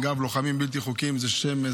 אגב "לוחמים בלתי חוקיים" זה שם,